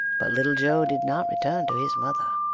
but little joe did not return to his mother.